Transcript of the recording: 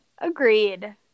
agreed